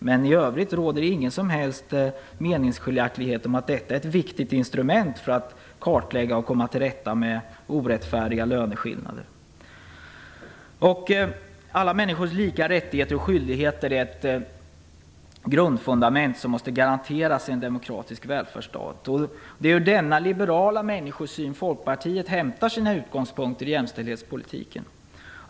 Men i övrigt råder det ingen som helst meningsskiljaktighet om att detta är ett viktigt instrument för att kartlägga och komma till rätta med orättfärdiga löneskillnader. Alla människors lika rättigheter och skyldigheter är ett grundfundament som måste garanteras i en demokratisk välfärdsstat. Det är ur denna liberala människosyn som Folkpartiet hämtar sina utgångspunkter i jämställdhetspolitiken.